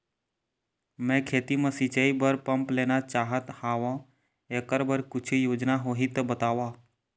मैं खेती म सिचाई बर पंप लेना चाहत हाव, एकर बर कुछू योजना होही त बताव?